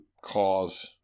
cause